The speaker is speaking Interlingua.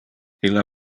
illa